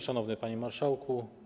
Szanowny Panie Marszałku!